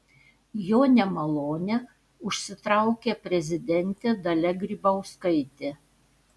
jo nemalonę užsitraukė prezidentė dalia grybauskaitė